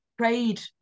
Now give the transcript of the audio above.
trade